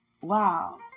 wow